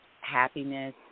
happiness